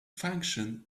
function